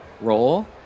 role